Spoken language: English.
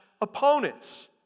opponents